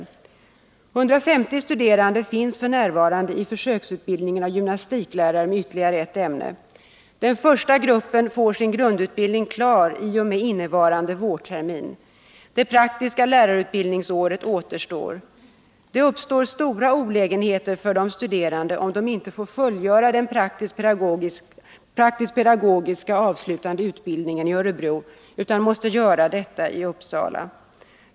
150 studerande finns f. n. i försöksutbildningen av gymnastiklärare med ytterligare ett ämne. Den första gruppen får sin grundutbildning klar i och med innevarande vårtermin. Det praktiska lärarutbildningsåret återstår. Det uppstår stora olägenheter för de studerande om de ej får fullgöra den praktisk-pedagogiska avslutande utbildningen i Örebro utan måste göra detta i Uppsala.